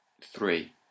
three